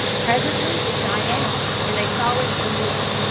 presently it died out, and they saw it no more.